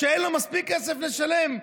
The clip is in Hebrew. אין לו מספיק כסף לשלם.